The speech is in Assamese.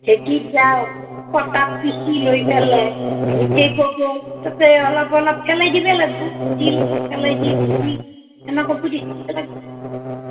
ঢেঁকীত বা পটাত পিছি লৈ ফেলে মিঠেই পগুৱেই তাতে অলপ অলপ ফেলাই দিবা লাগিব তিল ফেলাই দি গুড়ি তেনেকৈ পুৰি থাকিব লাগিব